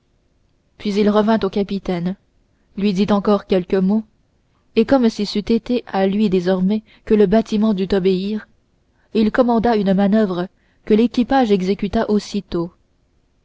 puis il revint au capitaine lui dit encore quelques mots et comme si c'eût été à lui désormais que le bâtiment dût obéir il commanda une manoeuvre que l'équipage exécuta aussitôt